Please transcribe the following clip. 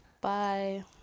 Bye